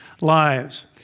lives